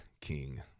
king